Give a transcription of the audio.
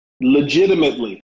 Legitimately